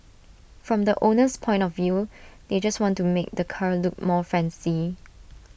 from the owner's point of view they just want to make the car look more fancy